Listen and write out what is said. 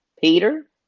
Peter